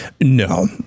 No